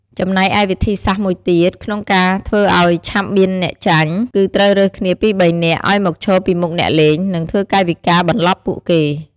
ចំណែកឯវិធីសាស្ត្រមួយទៀត ក្នុងការធ្វើឱ្យឆាប់មានអ្នកចាញ់ គឺត្រូវរើសគ្នាពីរបីនាក់ឱ្យមកឈរពីមុខអ្នកលេង និងធ្វើកាយវិការបន្លប់ពួកគេ។